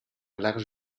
large